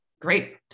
Great